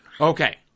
okay